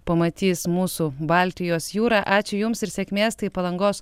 pamatys mūsų baltijos jūrą ačiū jums ir sėkmės tai palangos